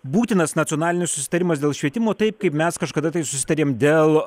būtinas nacionalinis susitarimas dėl švietimo taip kaip mes kažkada tai susitarėm dėl